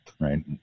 right